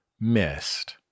missed